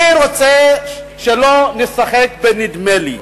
אני רוצה שלא נשחק בנדמה לי.